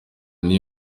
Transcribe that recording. nti